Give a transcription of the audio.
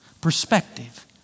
perspective